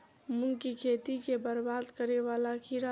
मूंग की खेती केँ बरबाद करे वला कीड़ा?